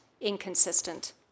inconsistent